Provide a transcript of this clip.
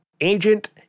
Agent